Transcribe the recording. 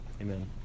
Amen